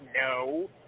no